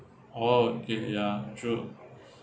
oh okay ya true